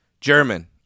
German